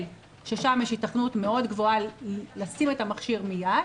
ששם יש היתכנות מאוד גבוהה לשים את המכשיר מיד,